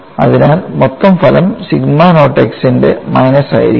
അതിനാൽ മൊത്തം ഫലം സിഗ്മ നോട്ട് x ന്റെ മൈനസ് ആയിരിക്കും